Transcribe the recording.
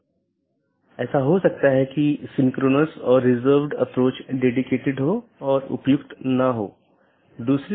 तो मैं AS1 से AS3 फिर AS4 से होते हुए AS6 तक जाऊँगा या कुछ अन्य पाथ भी चुन सकता हूँ